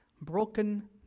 broken